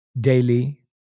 daily